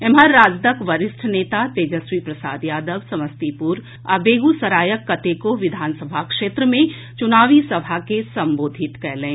एम्हर राजदक वरिष्ठ नेता तेजस्वी प्रसाद यादव समस्तीपुर आ बेगूसरायक कतेको विधानसभा क्षेत्र मे चुनावी सभा के संबोधित कयलनि